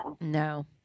No